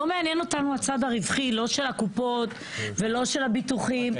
לא מעניין אותנו הצד הרווחי לא של הקופות ולא של הביטוחים.